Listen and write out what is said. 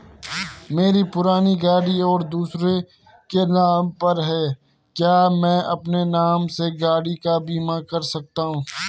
मेरी पुरानी गाड़ी है और दूसरे के नाम पर है क्या मैं अपने नाम से गाड़ी का बीमा कर सकता हूँ?